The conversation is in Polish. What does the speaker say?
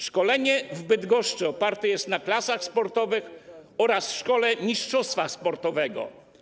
Szkolenie w Bydgoszczy oparte jest na klasach sportowych oraz szkole mistrzostwa sportowego.